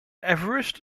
everest